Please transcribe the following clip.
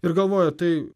ir galvoja tai